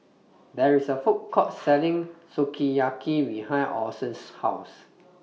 There IS A Food Court Selling Sukiyaki behind Orson's House